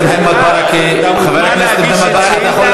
חבר הכנסת מוחמד ברכה,